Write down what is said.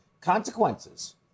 consequences